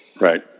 right